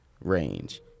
range